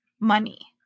money